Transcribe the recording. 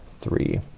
three,